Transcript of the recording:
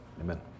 Amen